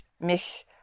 Mich